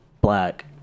Black